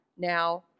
now